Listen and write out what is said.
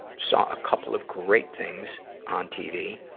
saw a couple of great things on tv.